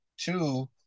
two